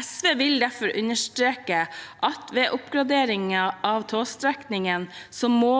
SV vil derfor understreke at ved oppgradering av togstrekningen må